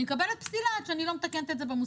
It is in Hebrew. אני מקבלת פסילה עד שאני לא מתקנת אותו במוסך.